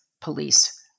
police